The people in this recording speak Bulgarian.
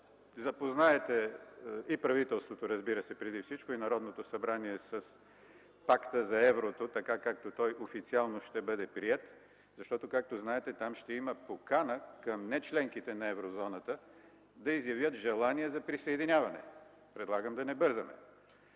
запознаете и правителството, разбира се, преди всичко, и Народното събрание, с Пакта за еврото, така както той официално ще бъде приет, защото, както знаете, там ще има покана към нечленките на Еврозоната да изявят желание за присъединяване. Предлагам да не бързаме.